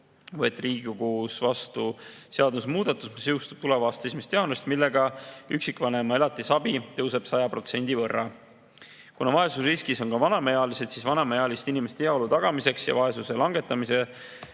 võeti Riigikogus vastu seadusemuudatus, mis jõustub tuleva aasta 1. jaanuarist ja millega üksikvanema elatisabi tõuseb 100% võrra. Kuna vaesusriskis on ka vanemaealised, siis vanemaealiste inimeste heaolu tagamiseks ja vaesusesse langemise